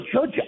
Judge